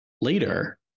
later